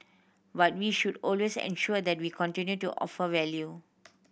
but we should always ensure that we continue to offer value